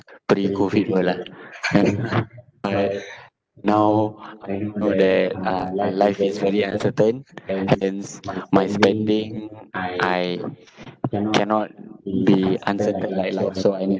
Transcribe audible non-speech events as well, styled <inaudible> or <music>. pre COVID world ah <laughs> but now I know that uh life is very uncertain hence my spending I cannot be uncertain like life also I need